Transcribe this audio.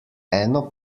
eno